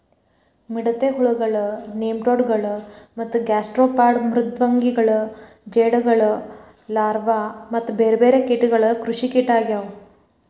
ಮಿಡತೆ ಹುಳಗಳು, ನೆಮಟೋಡ್ ಗಳು ಮತ್ತ ಗ್ಯಾಸ್ಟ್ರೋಪಾಡ್ ಮೃದ್ವಂಗಿಗಳು ಜೇಡಗಳು ಲಾರ್ವಾ ಮತ್ತ ಬೇರ್ಬೇರೆ ಕೇಟಗಳು ಕೃಷಿಕೇಟ ಆಗ್ಯವು